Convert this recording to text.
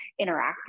interactive